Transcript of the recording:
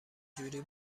جوری